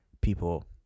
people